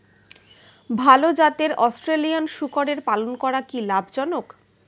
ভাল জাতের অস্ট্রেলিয়ান শূকরের পালন করা কী লাভ জনক?